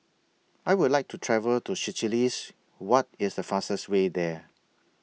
I Would like to travel to Seychelles What IS The fastest Way There